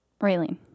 Raylene